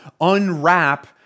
unwrap